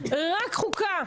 רק ועדת החוקה.